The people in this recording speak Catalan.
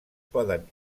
poden